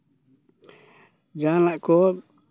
ᱡᱟᱦᱟᱸᱱᱟᱜ ᱠᱚ